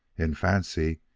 in fancy,